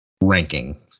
ranking